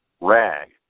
Rag